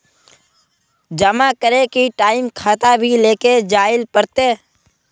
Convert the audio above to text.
जमा करे के टाइम खाता भी लेके जाइल पड़ते?